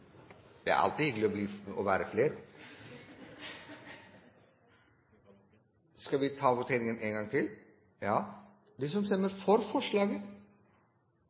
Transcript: Det er alltid hyggelig å være flere! Da tar vi voteringen en gang til.